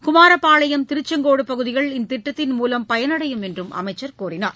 குமாரப்பாளையம் திருசெங்கோடு பகுதிகள் இந்த திட்டத்தின் மூலம் பயனடையும் என்ற அமைச்சர் கூறினார்